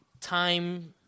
time